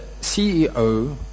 CEO